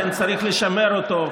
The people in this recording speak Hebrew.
לכן צריך לשמר אותו.